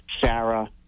sarah